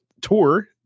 Tour